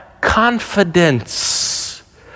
confidence